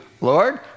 Lord